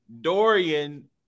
Dorian